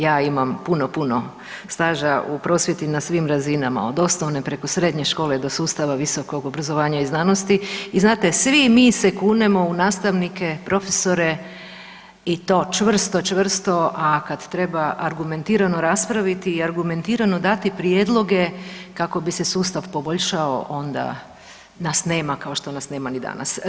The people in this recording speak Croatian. Ja imam puno, puno staža u prosvjeti na svim razinama, od osnovne preko srednje škole do sustava visokog obrazovanja i znanosti i znate, svi mi se kunemo u nastavnike, profesore i to čvrsto, čvrsto a kad treba argumentirano raspraviti i argumentirano dati prijedloge kako bi se sustav poboljšao, onda nas nema kao što nas nema ni danas.